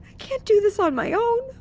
can't do this on my own